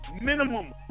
minimum